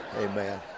Amen